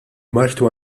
martu